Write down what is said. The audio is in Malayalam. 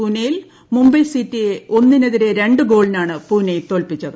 പൂനെയിൽ മുംബൈ സിറ്റിയെ ഒന്നിനെതിരെ രണ്ട് ഗോളിനാണ് പൂനെ തോൽപ്പിച്ചത്